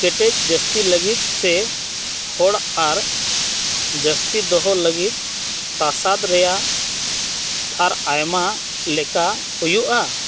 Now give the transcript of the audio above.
ᱠᱮᱴᱮᱡ ᱡᱟᱹᱥᱛᱤ ᱞᱟᱹᱜᱤᱫ ᱥᱮ ᱦᱚᱲ ᱟᱜ ᱡᱟᱹᱥᱛᱤ ᱫᱚᱦᱚ ᱞᱟᱹᱜᱤᱫ ᱛᱟᱥᱟᱫ ᱨᱮᱭᱟᱜ ᱛᱷᱟᱨ ᱟᱭᱢᱟ ᱞᱮᱠᱟ ᱦᱩᱭᱩᱜᱼᱟ